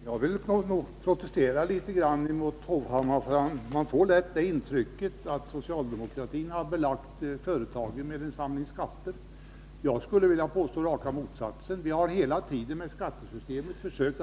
Herr talman! Jag vill protestera mot vad Erik Hovhammar senast sade. Man får därav lätt intrycket att socialdemokratin har belagt företagen med en samling skatter. Jag påstår raka motsatsen. Vi har hela tiden med vårt skattesystem försökt